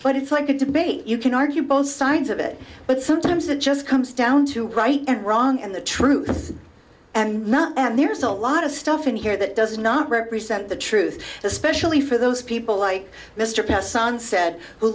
but it's like a debate you can argue both sides of it but sometimes it just comes down to right and wrong and the truth and not and there's a lot of stuff in here that does not represent the truth especially for those people like mr patterson said who